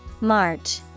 March